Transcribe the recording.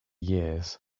years